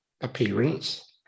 appearance